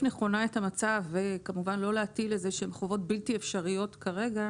נכונה את המצב ולא להטיל חובות בלתי-אפשריים כרגע